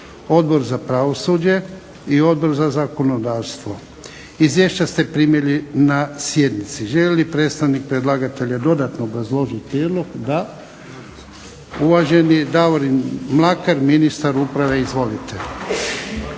Odbor za pravosuđe i Odbor za zakonodavstvo. Izvješća ste primili na sjednici. Želi li predstavnik predlagatelja dodatno obrazložiti prijedlog? Da. Uvaženi Davorin Mlakar, ministar Uprave. Izvolite.